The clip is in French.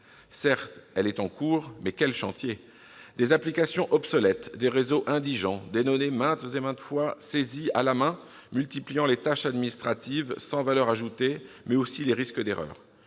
Certes, elle est en cours, mais quel chantier ! Des applications obsolètes, des réseaux indigents, des données maintes et maintes fois saisies à la main, ce qui multiplie les tâches administratives sans valeur ajoutée, ainsi que les risques d'erreur.